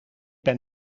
ben